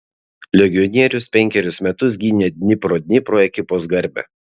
legionierius penkerius metus gynė dnipro dnipro ekipos garbę